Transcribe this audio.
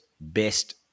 best